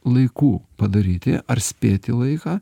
laiku padaryti ar spėti laiką